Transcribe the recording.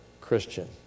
Christian